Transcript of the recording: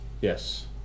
Yes